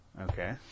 Okay